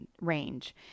range